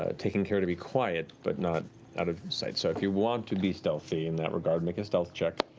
ah taking care to be quiet, but not out of sight. so if you want to be stealthy in that regard, make a stealth check.